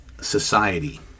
society